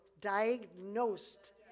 diagnosed